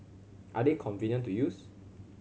are they convenient to use